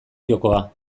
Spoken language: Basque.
jokoa